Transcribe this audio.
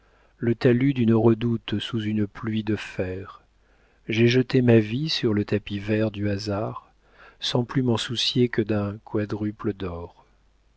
le talus d'une redoute sous une pluie de fer j'ai jeté ma vie sur le tapis vert du hasardsans plus m'en soucier que d'un quadruple d'or